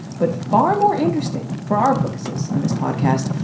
but far more interesting, for our purposes on this podcast,